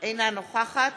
אינה נוכחת